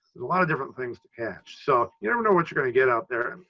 a lot of different things to catch, so you never know what you're going to get out there.